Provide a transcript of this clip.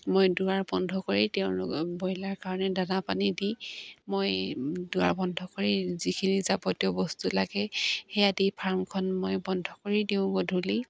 মই দুৱাৰ বন্ধ কৰি তেওঁলোক ব্ৰইলাৰ কাৰণে দানা পানী দি মই দুৱাৰ বন্ধ কৰি যিখিনি যাৱতীয় বস্তু লাগে সেয়া দি ফাৰ্মখন মই বন্ধ কৰি দিওঁ গধূলি